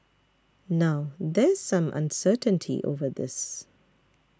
now there's some uncertainty over this